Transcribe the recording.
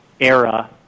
era